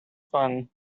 fun